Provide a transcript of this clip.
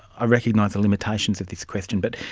i recognise the limitations of this question, but,